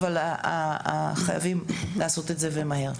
אבל חייבים לעשות את זה ומהר.